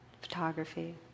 photography